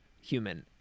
human